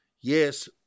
Yes